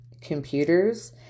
computers